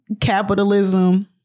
Capitalism